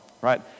right